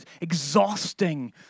exhausting